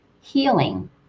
healing